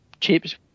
chips